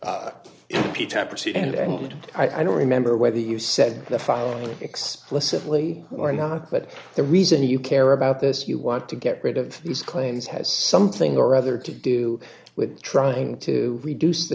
percent and i don't remember whether you said the following explicitly or not but the reason you care about this you want to get rid of these claims has something or other to do with trying to reduce the